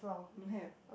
don't have